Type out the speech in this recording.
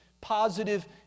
Positive